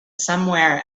somewhere